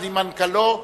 עם מנכ"לו,